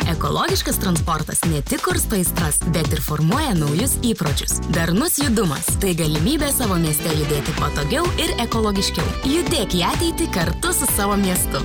ekologiškas transportas ne tik kursto aistras bet ir formuoja naujus įpročius darnus judumas tai galimybė savo mieste judėti patogiau ir ekologiškiau judėk į ateitį kartu su savo miestu